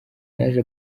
naje